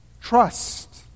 Trust